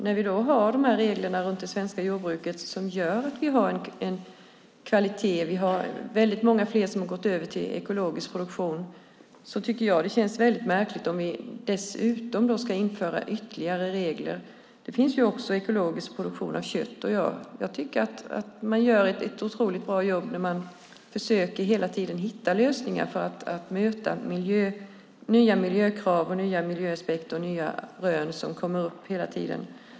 När vi nu har de här reglerna runt det svenska jordbruket som gör att vi har god kvalitet - det är många som har gått över till ekologisk produktion - tycker jag att det skulle kännas märkligt att införa ytterligare regler. Det finns ju också ekologisk produktion av kött, och jag tycker att man gör ett otroligt bra jobb när man hela tiden försöker hitta lösningar för att möta nya miljökrav, nya miljöaspekter och nya rön som kommer hela tiden.